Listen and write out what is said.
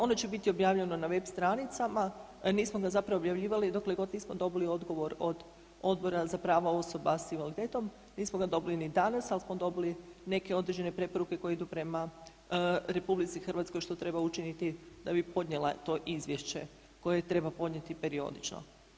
Ono će biti objavljeno na web stranicama, nismo ga zapravo objavljivali dokle god nismo dobili odgovor od Odbora za prava osoba s invaliditetom, nismo ga dobili ni danas, ali smo dobili neke određene preporuke koje idu prema RH što treba učiniti da bi podnijela to izvješće koje treba podnijeti periodično.